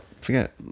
forget